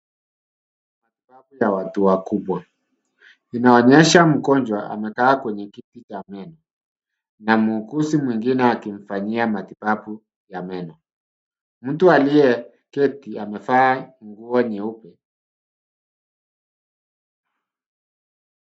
Matibabu ya watu wakubwa, inaonyesha mgonjwa amekaa kwenye kiti cha mbele na mwunguzi mwingine akimfanyia matibabu ya meno. Mtu aliyeketi amevaa nguo nyeupe.